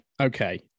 okay